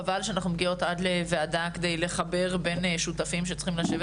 חבל שאנחנו מגיעות עד ועדה כדי לחבר בין שותפים שצריכים לשבת